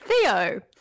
Theo